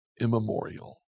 immemorial